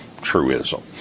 truism